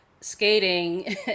skating